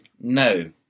no